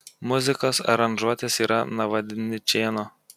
muzikos aranžuotės yra navadničėno